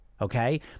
Okay